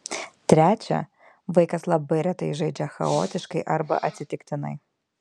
trečia vaikas labai retai žaidžia chaotiškai arba atsitiktinai